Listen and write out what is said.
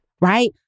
right